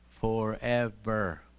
forever